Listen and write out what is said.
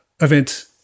event